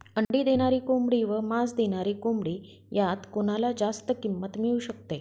अंडी देणारी कोंबडी व मांस देणारी कोंबडी यात कोणाला जास्त किंमत मिळू शकते?